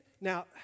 now